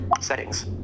settings